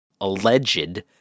alleged